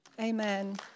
Amen